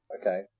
Okay